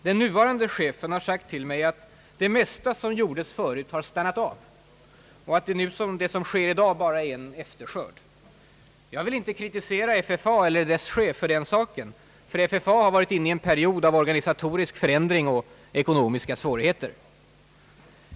Den nuvarande chefen har sagt mig att det mesta som gjordes förut har stannat av och att det som sker i dag bara är en efterskörd. Jag vill inte kritisera FFA eller dess chef för den saken. FFA har ju varit inne i en period av organisatorisk förändring och ekonomiska svårigheter.